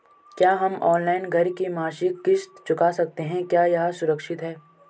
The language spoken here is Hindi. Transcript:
क्या हम ऑनलाइन घर की मासिक किश्त चुका सकते हैं क्या यह सुरक्षित है?